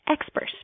expert